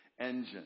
engine